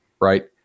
right